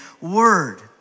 word